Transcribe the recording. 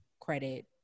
credit